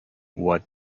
what